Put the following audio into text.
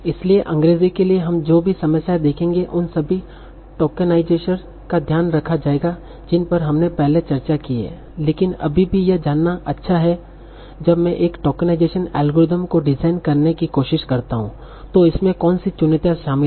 इसलिए अंग्रेजी के लिए हम जो भी समस्याएँ देखेंगे उन सभी टोकनाइजर्स का ध्यान रखा जाएगा जिन पर हमने पहले चर्चा की है लेकिन अभी भी यह जानना अच्छा है जब मैं एक टोकनाइजेशन एल्गोरिथ्म को डिजाइन करने की कोशिश करता हूं तो इसमें कौन सी चुनौतियां शामिल हैं